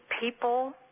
people